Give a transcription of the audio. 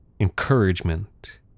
Encouragement